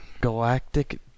Galactic